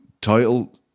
title